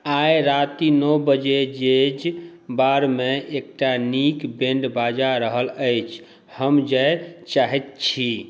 आइ राति नओ बजे जैज बारमे एकटा नीक बैण्ड बाजि रहल अछि हम जाए चाहै छी